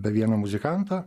be vieno muzikanto